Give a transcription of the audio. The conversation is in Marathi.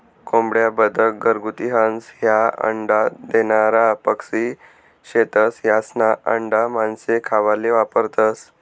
कोंबड्या, बदक, घरगुती हंस, ह्या अंडा देनारा पक्शी शेतस, यास्ना आंडा मानशे खावाले वापरतंस